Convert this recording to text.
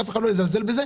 אף אחד לא יזלזל בזה,